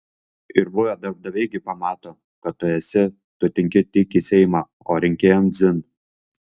ir buvę darbdaviai gi pamato kad tu esi tu tinki tik į seimą o rinkėjams dzin